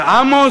זה עמוס,